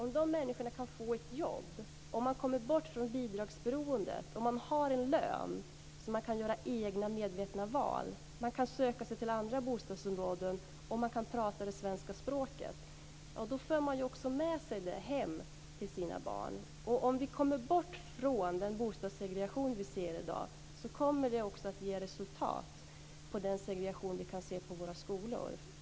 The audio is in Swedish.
Kan människorna få ett jobb, kommer man bort från ett bidragsberoende, har man en lön som gör att man kan göra egna medvetna val, kan man söka sig till andra bostadsområden, kan man prata det svenska språket - då för man också med sig det hem till sina barn. Om vi kommer bort från den bostadssegregation vi ser i dag kommer det också att ge resultat när det gäller den segregation vi kan se på våra skolor.